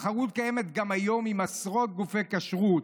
"תחרות קיימת גם היום עם עשרות גופי כשרות,